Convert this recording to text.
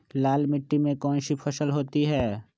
लाल मिट्टी में कौन सी फसल होती हैं?